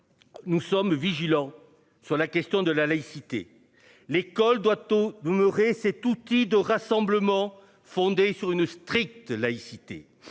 Nous sommes vigilants sur la question de la laïcité. L'école doit oh vous me re-, cet outil de rassemblement fondé sur une stricte laïcité.